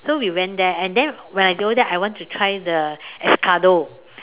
so we went there and then when I go there I want to try the escargot